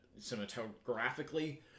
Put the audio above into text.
cinematographically